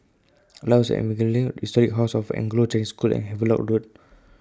Lighthouse Evangelism Historic House of Anglo Chinese School and Havelock Road